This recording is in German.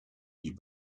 die